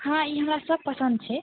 हँ ई हमरा सब पसन्द छै